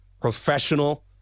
professional